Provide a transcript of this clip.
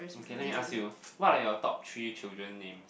okay let me ask what like your top three children name